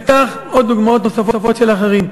וכך עוד דוגמאות נוספות של אחרים.